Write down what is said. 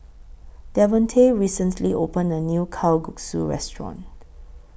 Devontae recently opened A New Kalguksu Restaurant